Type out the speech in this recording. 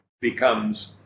becomes